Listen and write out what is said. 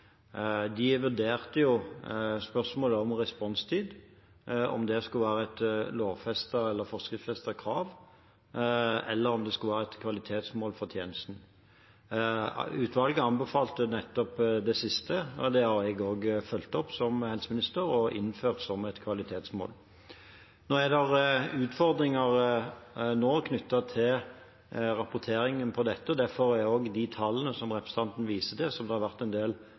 De vurderte spørsmålet om responstid, om det skulle være et lovfestet eller forskriftsfestet krav, eller om det skulle være et kvalitetsmål for tjenesten. Utvalget anbefalte det siste, og det har jeg fulgt opp som helseminister og innført som et kvalitetsmål. Nå er det utfordringer knyttet til rapporteringen på dette, og derfor er de tallene som representanten viste til, som det har vært en